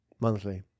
Monthly